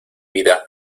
vida